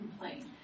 complain